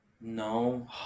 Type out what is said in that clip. No